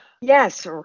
yes